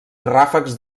ràfecs